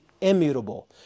immutable